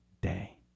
day